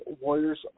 Warriors